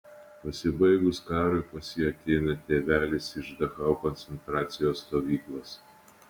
pasibaigus karui pas jį ateina tėvelis iš dachau koncentracijos stovyklos